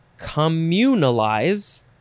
Communalize